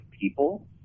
people